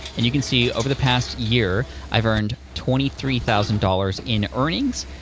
and you can see, over the past year, i've earned twenty three thousand dollars in earnings.